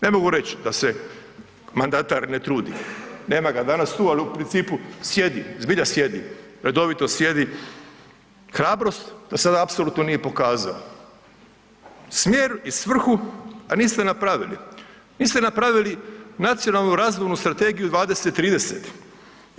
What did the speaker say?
Ne mogu reć da se mandatar ne trudi, nema ga danas tu, al u principu sjedi, zbilja sjedi, redovito sjedi, hrabrost dosada apsolutno nije pokazao, smjer i svrhu, a niste napravili, niste napravili nacionalnu razvojnu strategiju 20, 30.